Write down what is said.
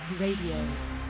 Radio